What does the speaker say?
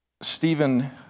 Stephen